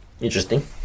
Interesting